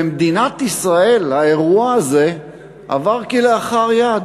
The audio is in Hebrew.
במדינת ישראל האירוע הזה עבר כלאחר יד,